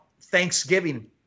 Thanksgiving